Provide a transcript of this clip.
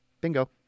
bingo